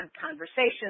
conversations